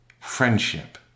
friendship